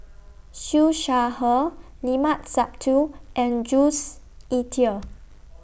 Siew Shaw Her Limat Sabtu and Jules Itier